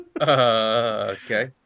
Okay